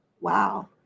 Wow